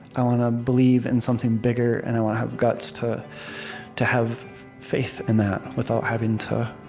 i want to believe in something bigger, and i want to have guts to to have faith in that without having to